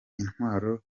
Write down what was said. intwaro